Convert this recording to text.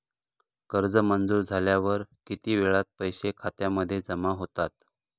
कर्ज मंजूर झाल्यावर किती वेळात पैसे खात्यामध्ये जमा होतात?